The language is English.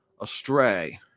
astray